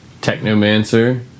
Technomancer